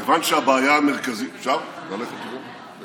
כיוון שהבעיה המרכזית, את